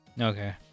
Okay